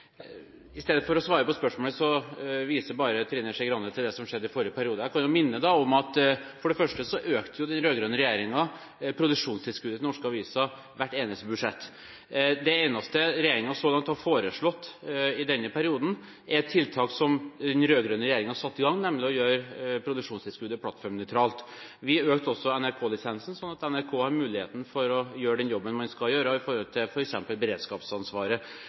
god løsning. Istedenfor å svare på spørsmålet viser Trine Skei Grande bare til det som skjedde i forrige periode. Jeg kan da minne om at den rød-grønne regjeringen økte produksjonstilskuddet til norske aviser i hvert eneste budsjett. Det eneste denne regjeringen så langt har foreslått i denne perioden, er tiltak som den rød-grønne regjeringen satte i gang, nemlig å gjøre produksjonstilskuddet plattformnøytralt. Vi økte også NRK-lisensen, slik at NRK har mulighet til å gjøre den jobben man skal gjøre i forhold til f.eks. beredskapsansvaret.